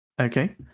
Okay